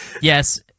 yes